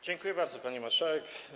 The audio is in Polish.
Dziękuję bardzo, pani marszałek.